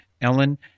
Ellen